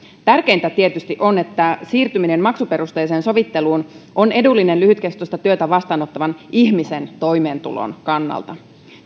tärkeintä tietysti on että siirtyminen maksuperusteiseen sovitteluun on edullinen lyhytkestoista työtä vastaanottavan ihmisen toimeentulon kannalta